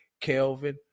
kelvin